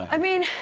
i mean,